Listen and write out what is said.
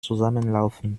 zusammenlaufen